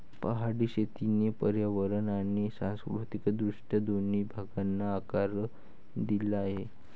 पहाडी शेतीने पर्यावरण आणि सांस्कृतिक दृष्ट्या दोन्ही भागांना आकार दिला आहे